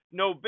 no